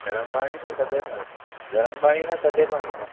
गर्म पाणीअ सां थधे पाणीअ सां गरम पाणीअ सां थधे पाणीअ सां